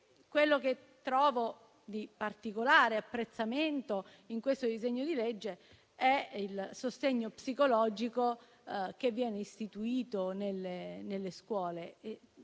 Quello che trovo particolarmente apprezzabile in questo disegno di legge è il sostegno psicologico che viene istituito nelle scuole.